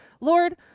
Lord